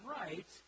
right